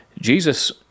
jesus